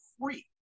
Free